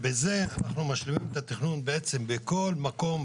בזה נשלים את התכנון בכל מקום